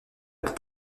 bout